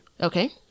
Okay